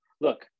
look